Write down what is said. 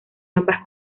ambas